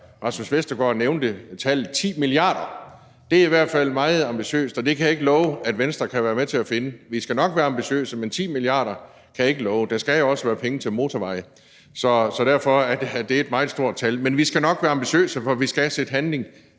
Rasmus Vestergaard nævnte tallet 10 milliarder, det er i hvert fald meget ambitiøst, og det kan jeg ikke love Venstre kan være med til at finde. Vi skal nok være ambitiøse, men 10 milliarder kan jeg ikke love. Der skal jo også være penge til motorveje. Så derfor er det et meget stort tal. Men vi skal nok være ambitiøse, for vi skal sætte handling